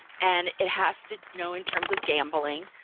and it has to, you know in terms of gambling,